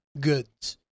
goods